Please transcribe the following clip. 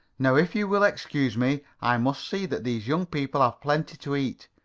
now, if you will excuse me, i must see that these young people have plenty to eat.